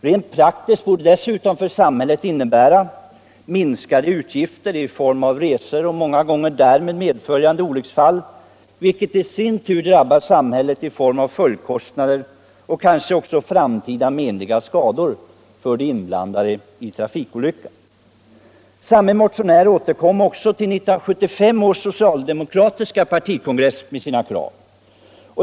Rent praktiskt borde det dessutom för samhället medföra minskade utgifter i form av resor och många gånger åtföljande olyckor, vilket i sin tur drabbar samhället i form av olika kostnader och kanske också framtida skador för de inblandade i trafikolyckor. Samme motionär återkom också till 1975 års socialdemokratiska partikongress med sina krav.